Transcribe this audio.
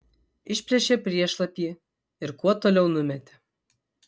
išplėšė priešlapį ir kuo toliau numetė